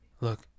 Look